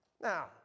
Now